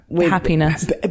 happiness